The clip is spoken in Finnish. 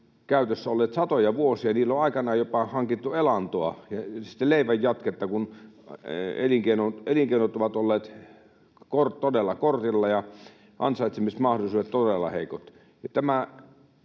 käytössä olleet satoja vuosia. Niillä on aikanaan jopa hankittu elantoa ja sitten leivän jatketta, kun elinkeinot ovat olleet todella kortilla ja ansaitsemismahdollisuudet todella heikot.